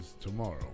tomorrow